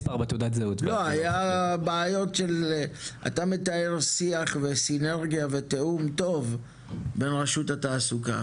אתה מתאר שיח וסינרגיה ותיאום טוב בין רשות התעסוקה.